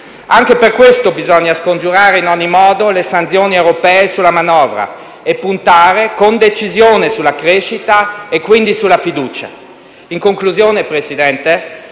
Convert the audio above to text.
Anche per questo bisogna scongiurare in ogni modo le sanzioni europee sulla manovra e puntare con decisione sulla crescita e, quindi, sulla fiducia. In conclusione, signor Presidente,